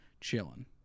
chilling